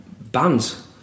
bands